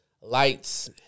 Lights